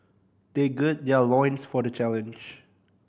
they gird their loins for the challenge